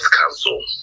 council